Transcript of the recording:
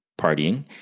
partying